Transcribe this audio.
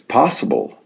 possible